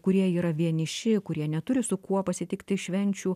kurie yra vieniši kurie neturi su kuo pasitikti švenčių